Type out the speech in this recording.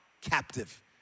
captive